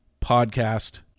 podcast